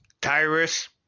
Tyrus